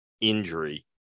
injury